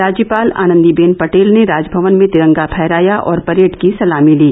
राज्यपाल आनंदीबेन पटेल ने राजभवन में तिरंगा फहराया और परेड की सलामी ली